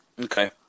Okay